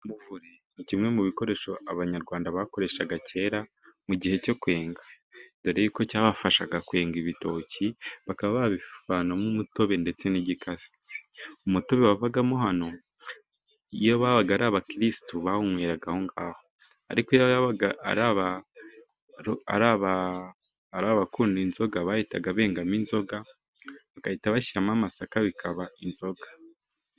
Umuvure, ni kimwe mu bikoresho abanyarwanda bakoreshaga kera, mu gihe cyo kwenga dore yuko ko cyabafashaga kwenga ibitoki, bakaba babivanamo umutobe ndetse n'igikatsi, umutobe wavagamo hano iyo babaga ari abakirisitu bawunyweraga aho ngaho, ariko iyo yabaga ari abakunda inzoga bahitaga bengamo inzoga, bagahita bashyiramo amasaka bikaba inzoga.